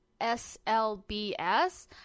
SLBS